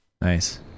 Nice